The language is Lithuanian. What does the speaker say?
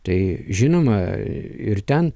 tai žinoma ir ten